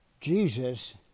Jesus